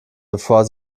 bevor